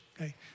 okay